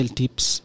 tips